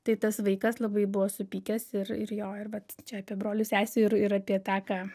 tai tas vaikas labai buvo supykęs ir ir jo ir vat čia apie brolių sesių ir ir apie tą ką